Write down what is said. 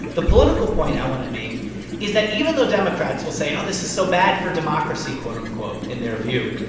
the political point i want to make is that even though democrats will say, oh, this is so bad for democracy, quote, unquote, in their view,